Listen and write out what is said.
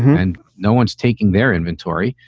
and no one's taking their inventory.